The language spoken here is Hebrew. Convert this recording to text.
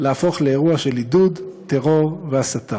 להפוך לאירוע של עידוד טרור והסתה.